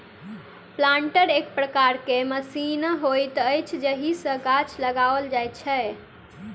planter एक प्रकारक machine होइत अछि जाहि सॅ गाछ लगाओल जाइत छै